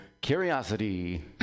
Curiosity